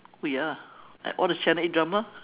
oh ya all the channel eight drama